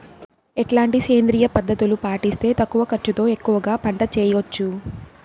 ఎట్లాంటి సేంద్రియ పద్ధతులు పాటిస్తే తక్కువ ఖర్చు తో ఎక్కువగా పంట చేయొచ్చు?